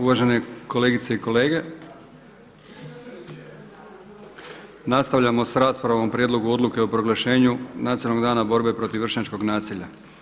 Uvažene kolegice i kolege, nastavljamo s raspravom o Prijedlogu odluke o proglašenju „Nacionalnog dana borbe protiv vršnjačkog nasilja“